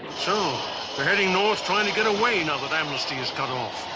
so they're heading north, trying to get away, now that amnesty is cut off.